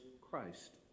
Christ